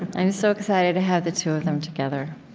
i'm so excited to have the two of them together.